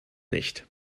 nicht